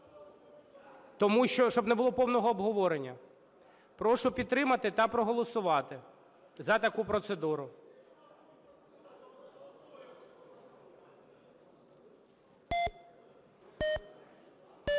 Тому що, щоб не було повного обговорення. Прошу підтримати та проголосувати за таку процедуру.